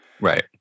Right